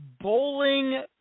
Bowling